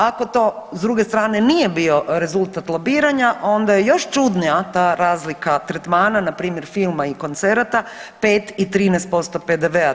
Ako to s druge strane nije bio rezultat lobiranja onda je još čudnija ta razlika tretmana npr. filma i koncerata 5 i 13% PDV-a.